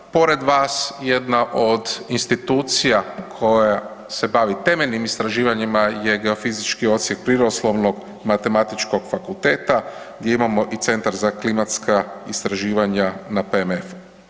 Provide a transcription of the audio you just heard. Pored vas jedna od institucija koja se bavi temeljnim istraživanjima je Geofizički odsjek Prirodoslovno-matematičkog fakulteta gdje imamo i Centar za klimatska istraživanja na PMF-u.